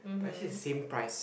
but here is same price